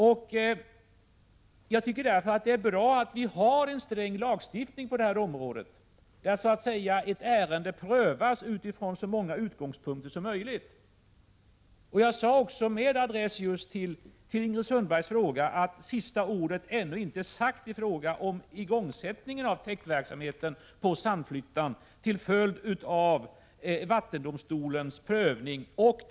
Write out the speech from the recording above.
Därför tycker jag att det är bra att vi har en sträng lagstiftning på detta område, där ett ärende prövas utifrån så många utgångspunkter som möjligt. Jag sade — med adress just till Ingrid Sundberg — att sista ordet ännu inte har sagts om igångsättningen av täktverksamheten i Sandflyttan till följd av vattendomstolens prövning.